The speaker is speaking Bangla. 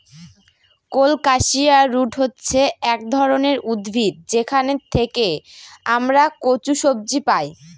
কোলকাসিয়া রুট হচ্ছে এক ধরনের উদ্ভিদ যেখান থেকে আমরা কচু সবজি পাই